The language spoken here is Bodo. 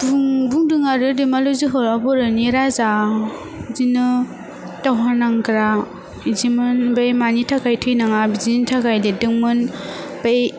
बुं बुंदों आरो दैमालु जोहोलाव बर'नि राजा बिदिनो दावहा नांग्रा बिदिमोन ओमफाय मानि थाखाय थैनाङा बिदिनि थाखाय देददोंमोन फाय